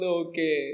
okay